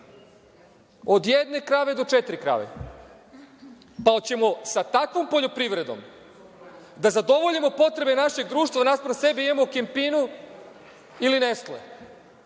Od jedne krave do četiri krave. Pa, hoćemo li sa takvom poljoprivredom da zadovoljimo potrebe našeg društva, a naspram sebe imamo „Kempinu“ ili „Nestel“?